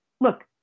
look